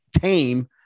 tame